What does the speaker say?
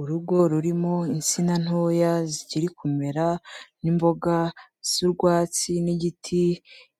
Urugo rurimo insina ntoya zikiri kumera, n'imboga z'urwatsi, n'igiti